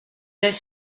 oes